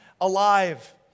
alive